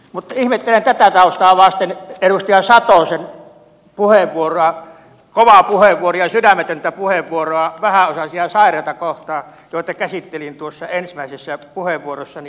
mutta ihmettelen tätä taustaa vasten edustaja satosen puheenvuoroa kovaa puheenvuoroa ja sydämetöntä puheenvuoroa vähäosaisia ja sairaita kohtaan joita käsittelin tuossa ensimmäisessä puheenvuorossani